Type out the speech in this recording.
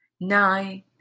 nine